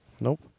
Nope